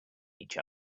each